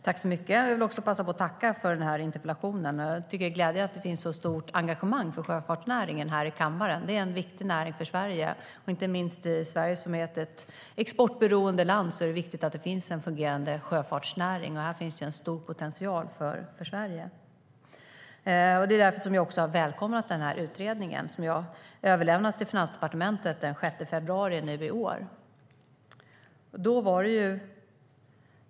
Fru talman! Låt mig tacka för interpellationen. Det är glädjande att det finns ett sådant stort engagemang i kammaren för sjöfartsnäringen. Det är en viktig näring för Sverige. Eftersom Sverige är ett exportberoende land är det viktigt att det finns en fungerande sjöfartsnäring. Här finns en stor potential för Sverige. Därför har jag också välkomnat den utredning som överlämnades till Finansdepartementet den 6 februari i år.